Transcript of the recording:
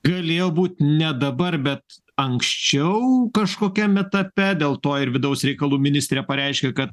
galėjo būt ne dabar bet anksčiau kažkokiam etape dėl to ir vidaus reikalų ministrė pareiškė kad